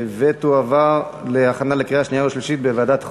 2013, לוועדת החוקה,